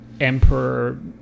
emperor